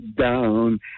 down